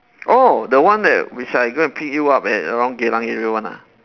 oh the one that which I go and pick you up at around geylang area one ah